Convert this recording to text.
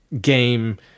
game